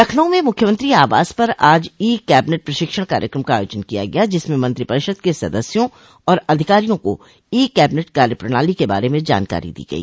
लखनऊ में मुख्यमंत्री आवास पर आज ई कैबिनेट प्रशिक्षण क कार्यक्रम का आयोजन किया गया जिसमें मंत्रिपरिषद के सदस्यों और अधिकारियों को ई कैबिनेट कार्य प्रणाली के बारे में जानकारी दी गई